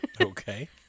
Okay